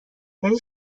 یعنی